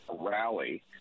rally